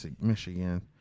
Michigan